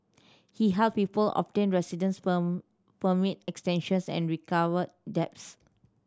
he helped people obtain residence permit extensions and recovered debts